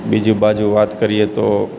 બીજુ બાજુ વાત કરીએ તો